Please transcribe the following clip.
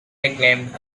nicknamed